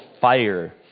fire